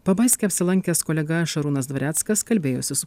pabaiske apsilankęs kolega šarūnas dvareckas kalbėjosi su